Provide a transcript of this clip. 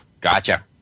gotcha